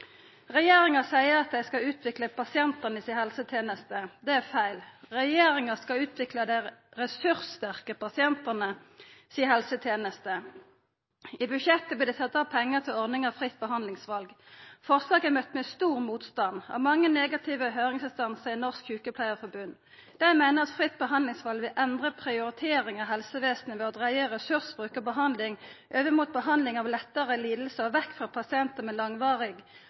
Regjeringa seier at dei skal utvikla pasientanes helseteneste. Det er feil. Regjeringa skal utvikla dei ressurssterke pasientanes helseteneste. I budsjettet vert det sett av pengar til ordninga fritt behandlingsval. Forslaget er møtt med stor motstand. Av mange negative høyringsinstansar er Norsk Sykepleierforbund. Dei meiner at fritt behandlingsval vil endra prioriteringa i helsevesenet ved å dreia ressursbruken og behandlinga over mot behandling av lettare lidingar og vekk frå pasientar med langvarig